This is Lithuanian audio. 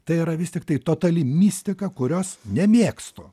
tai yra vis tiktai totali mistika kurios nemėgstu